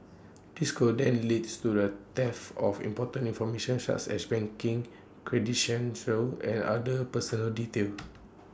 this could then leads to the theft of important information such as banking and other personal details